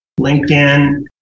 linkedin